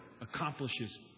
accomplishes